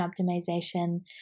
optimization